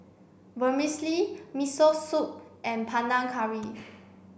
Vermicelli Miso Soup and Panang Curry